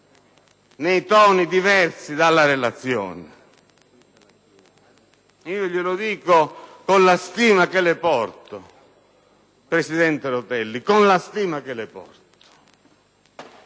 in toni diversi dalla relazione? Io glielo dico con la stima che le porto, presidente Rutelli. Lei è stato molto